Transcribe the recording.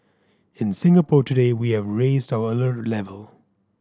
in Singapore today we have raised our alert level